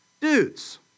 Dudes